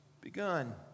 begun